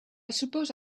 suppose